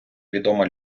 відома